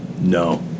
No